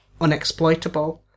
unexploitable